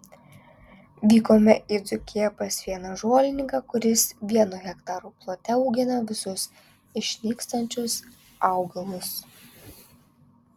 vykome į dzūkiją pas vieną žolininką kuris vieno hektaro plote augina visus išnykstančius augalus